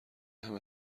همه